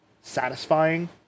satisfying